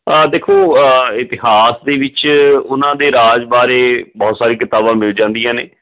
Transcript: ਆ ਦੇਖੋ ਇਤਿਹਾਸ ਦੇ ਵਿੱਚ ਉਹਨਾਂ ਦੇ ਰਾਜ ਬਾਰੇ ਬਹੁਤ ਸਾਰੀ ਕਿਤਾਬਾਂ ਮਿਲ ਜਾਂਦੀਆਂ ਨੇ